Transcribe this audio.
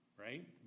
Right